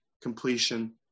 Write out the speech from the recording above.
completion